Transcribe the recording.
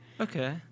Okay